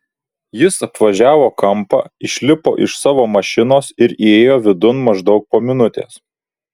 jis apvažiavo kampą išlipo iš savo mašinos ir įėjo vidun maždaug po minutės